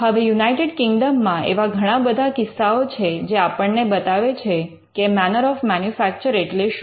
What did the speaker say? હવે યુનાઇટેડ કિંગ્ડમમાં એવા ઘણા બધા કિસ્સાઓ છે જે આપણને બતાવે છે કે મૅનર ઑફ મેનુમૅન્યુફૅક્ચર એટલે શું